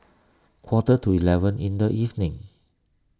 quarter to eleven in the evening